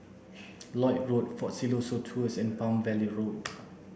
Lloyd Road Fort Siloso Tours and Palm Valley Road